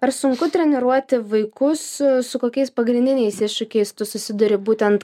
ar sunku treniruoti vaikus su kokiais pagrindiniais iššūkiais tu susiduri būtent